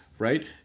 Right